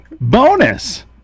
bonus